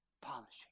polishing